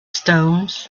stones